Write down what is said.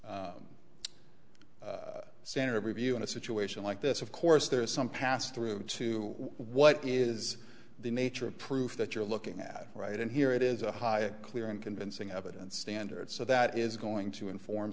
of review in a situation like this of course there is some pass through to what is the nature of proof that you're looking at right and here it is a high clear and convincing evidence standard so that is going to inform